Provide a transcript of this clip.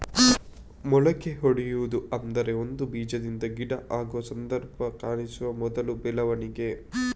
ಮೊಳಕೆಯೊಡೆಯುವುದು ಅಂದ್ರೆ ಒಂದು ಬೀಜದಿಂದ ಗಿಡ ಆಗುವ ಸಂದರ್ಭ ಕಾಣಿಸುವ ಮೊದಲ ಬೆಳವಣಿಗೆ